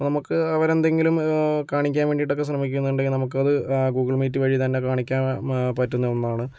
അപ്പം നമുക്ക് അവർ എന്തെങ്കിലും കാണിക്കാൻ വേണ്ടീട്ടൊക്കെ ശ്രമിക്കുന്നുണ്ട് നമ്മുക്ക് അത് ഗൂഗിൾ മീറ്റ് വഴി തന്നെ കാണിക്കാൻ പറ്റുന്ന ഒന്നാണ്